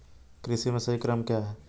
कृषि में सही क्रम क्या है?